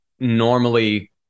normally